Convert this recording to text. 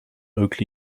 oak